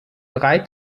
drei